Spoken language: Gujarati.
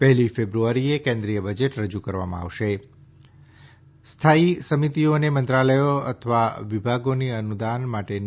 પહેલી ફેબ્રુઆરીએ કેન્દ્રીય બજેટ રજૂ કરવામાં આવશે સ્થાયી સમિતિઓને મંત્રાલયો અથવા વિભાગોની અનુદાન માટેની